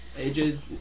AJ's